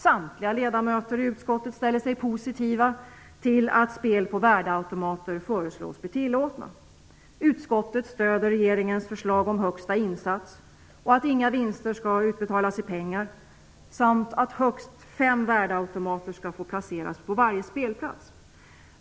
Samtliga ledamöter i utskottet ställer sig positiva till att spel på värdeautomater föreslås bli tillåtna. Utskottet stöder regeringens förslag om högsta insats och att inga vinster skall utbetalas i pengar, samt att högst fem värdeautomater får placeras på varje spelplats.